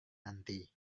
nanti